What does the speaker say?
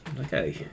Okay